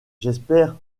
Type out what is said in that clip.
j’espère